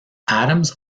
adams